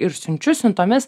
ir siunčiu siuntomis